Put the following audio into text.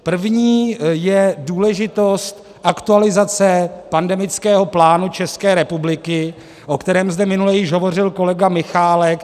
První je důležitost aktualizace pandemického plánu České republiky, o kterém zde minule již hovořil kolega Michálek.